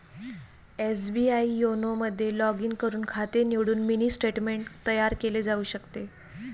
SBI YONO मध्ये log in करून खाते निवडून मिनी स्टेटमेंट तयार केले जाऊ शकते